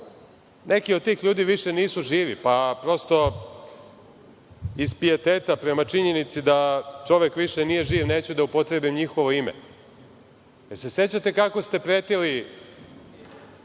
neki od tih ljudi više nisu živi, pa prosto iz pijeteta prema činjenici da čovek više nije živ, neću da upotrebi njihovo ime, da li se sećate kako ste pretili